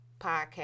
podcast